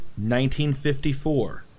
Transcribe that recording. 1954